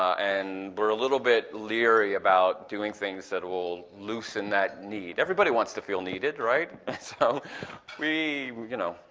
and we're a little bit leery about doing things that will loosen that need. everybody wants to feel needed, right? and so we, you know.